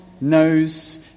knows